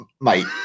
mate